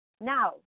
Now